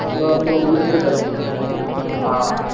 தோ இங்கே உளுந்தூர்பேட்டை ஆ